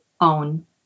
own